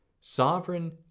Sovereign